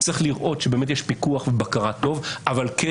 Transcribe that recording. צריך לראות שבאמת יש פיקוח ובקרה טוב אבל כן